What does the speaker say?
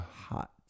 Hot